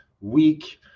week